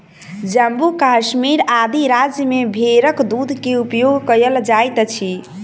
जम्मू कश्मीर आदि राज्य में भेड़क दूध के उपयोग कयल जाइत अछि